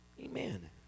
Amen